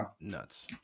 Nuts